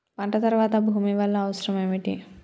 పంట తర్వాత భూమి వల్ల అవసరం ఏమిటి?